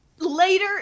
Later